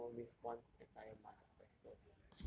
we some more missed one entire month of practicals